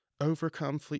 overcome